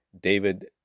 David